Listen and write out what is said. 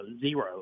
zero